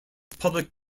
public